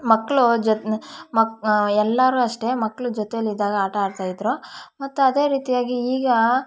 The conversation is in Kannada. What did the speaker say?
ಮಕ್ಕಳು ಜೊತೆ ಮಕ್ ಎಲ್ಲಾರು ಅಷ್ಟೇ ಮಕ್ಕಳು ಜೊತೆಲಿದ್ದಾಗ ಆಟ ಆಡ್ತಾಯಿದ್ರು ಮತ್ತು ಅದೇ ರೀತಿಯಾಗಿ ಈಗ